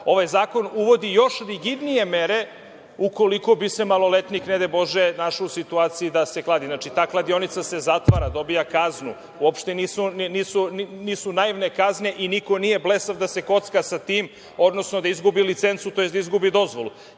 Ovaj zakon uvodi još rigidnije mere ukoliko bi se maloletnik ne daj Bože našao u situaciji da se kladi. Znači, ta kladionica se zatvara, dobija kaznu. Uopšte nisu naivne kazne i niko nije blesav da se kocka sa tim, odnosno da izgubi licencu, to jest da izgubi dozvolu.